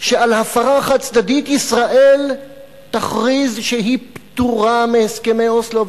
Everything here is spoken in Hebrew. שעל הפרה חד-צדדית ישראל תכריז שהיא פטורה מהסכמי אוסלו,